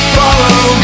follow